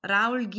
Raul